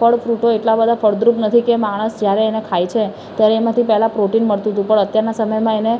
ફળ ફ્રૂટો એટલાં બધા ફળદ્રુપ નથી કે માણસ જ્યારે એને ખાય છે ત્યારે એમાંથી પહેલાં પ્રોટીન મળતું હતું પણ અત્યારના સમયમાં એને